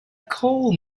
coal